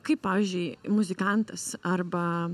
kaip pavyzdžiui muzikantas arba